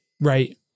Right